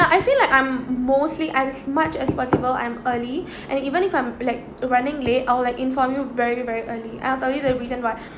I feel like I'm mostly as much as possible I'm early and even if I'm like running late I'll like inform you very very early and I'll tell you the reason why